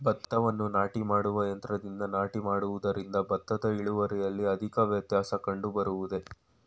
ಭತ್ತವನ್ನು ನಾಟಿ ಮಾಡುವ ಯಂತ್ರದಿಂದ ನಾಟಿ ಮಾಡುವುದರಿಂದ ಭತ್ತದ ಇಳುವರಿಯಲ್ಲಿ ಅಧಿಕ ವ್ಯತ್ಯಾಸ ಕಂಡುಬರುವುದೇ?